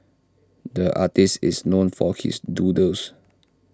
the artist is known for his doodles